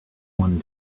one